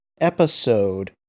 episode